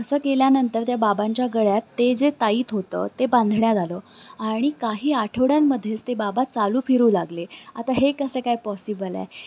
असं केल्यानंतर त्या बाबांच्या गळ्यात ते जे ताईत होतं ते बांधण्यात आलं आणि काही आठवड्यांमध्येच ते बाबा चालू फिरू लागले आता हे कसं काय पॉसिबल आहे